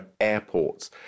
airports